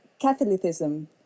Catholicism